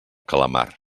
calamar